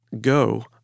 go